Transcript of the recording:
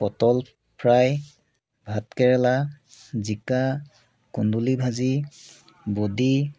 পটল ফ্ৰাই ভাত কেৰেলা জিকা কুণ্ডলী ভাজি বডি